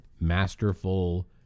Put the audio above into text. masterful